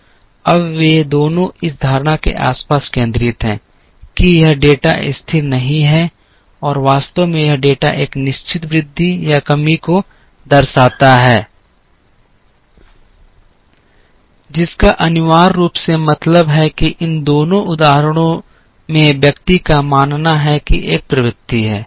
अब वे दोनों इस धारणा के आसपास केंद्रित हैं कि यह डेटा स्थिर नहीं है और वास्तव में यह डेटा एक निश्चित वृद्धि या कमी को दर्शाता है जिसका अनिवार्य रूप से मतलब है कि इन दोनों उदाहरणों में व्यक्ति का मानना है कि एक प्रवृत्ति है